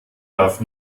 darf